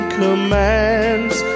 commands